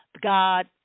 God